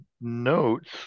notes